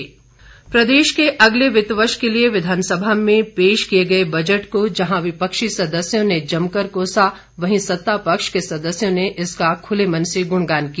budget चर्चा प्रदेश के अगले वित्त वर्ष के लिए विधानसभा में पेश किए गए बजट को जहां विपक्षी सदस्यों ने जमकर कोसा वहीं सत्तापक्ष के सदस्यों ने इसका खुले मन से गुणगान किया